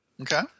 Okay